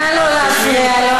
נא לא להפריע לו.